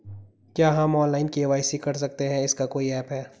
क्या हम online KYC कर सकते हैं इसका कोई ऐप है?